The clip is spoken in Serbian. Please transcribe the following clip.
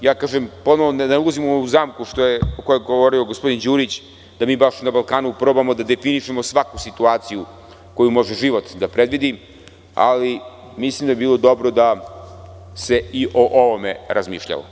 Ponovo kažem, ne ulazim u ovu zamku, što je govorio gospodin Đurić, da mi baš na Balkanu probamo da definišemo svaku situaciju koju može život da predvidi, ali mislim da bi bilo dobro da se i o ovome razmišljalo.